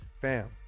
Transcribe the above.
fam